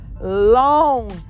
long